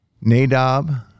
Nadab